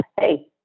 hey